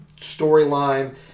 storyline